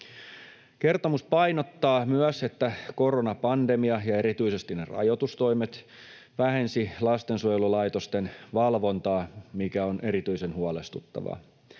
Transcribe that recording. Kertomus painottaa myös, että koronapandemia ja erityisesti ne rajoitustoimet vähensivät lastensuojelulaitosten valvontaa, mikä on erityisen huolestuttavaa.